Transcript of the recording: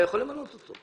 אתה יכול למנות אותו.